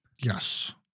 Yes